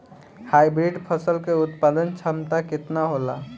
Hybrid फसल क उत्पादन क्षमता केतना होला?